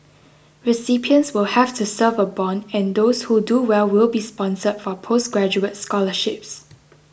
recipients will have to serve a bond and those who do well will be sponsored for postgraduate scholarships